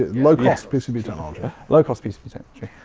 ah low cost pcb technology. low cost pcb technology.